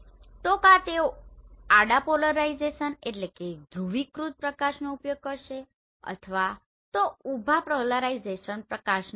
તો કાં તો તેઓ આડા પોલરાઇઝ્ડPolarizeધ્રુવીકૃત પ્રકાશનો ઉપયોગ કરશે અથવા તો ઉભા પોલરાઇઝ્ડપ્રકાશનો